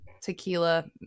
tequila